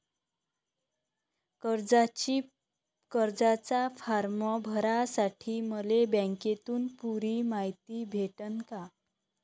कर्जाचा फारम भरासाठी मले बँकेतून पुरी मायती भेटन का?